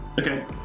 okay